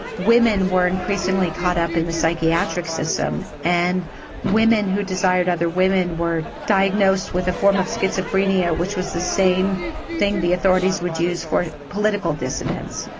women were increasingly caught up in the psychiatric system, and women who desired other women were diagnosed with a form of schizophrenia which was the same thing the authorities would use for political dissidents.